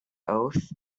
oath